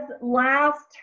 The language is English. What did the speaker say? last